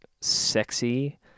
sexy